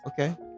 okay